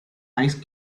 ice